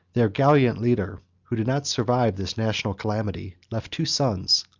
their gallant leader, who did not survive this national calamity, left two sons,